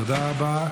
תודה רבה.